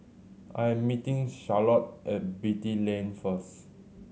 I am meeting Charlotte at Beatty Lane first